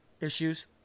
issues